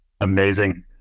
Amazing